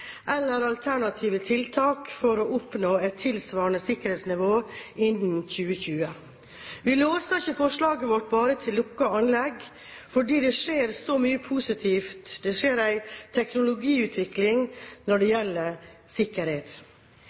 eller alternative tiltak for å oppnå et tilsvarende sikkerhetsnivå innen 2020. Vi låser ikke forslaget vårt bare til lukkede anlegg, fordi det skjer så mye positivt, det skjer en teknologiutvikling når det gjelder